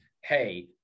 Hey